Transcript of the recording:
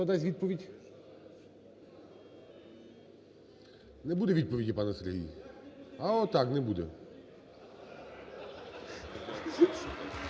дасть відповідь? Не буде відповіді, пане Сергій. А отак, не буде.